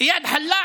איאד אלחלאק,